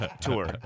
tour